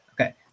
Okay